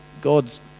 God's